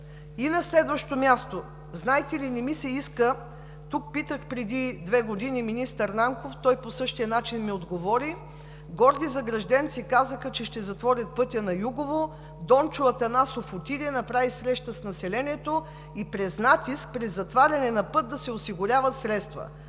И на следващо място, знаете ли, не ми се иска – тук преди две години питах министър Нанков, той ми отговори по същия начин – „Горди Загражденци“ казаха, че ще затворят пътя на Югово, Дончо Атанасов отиде, направи среща с населението и през натиск – при затваряне на път, да се осигуряват средства.